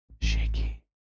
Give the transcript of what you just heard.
Shaky